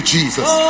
Jesus